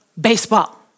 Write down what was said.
baseball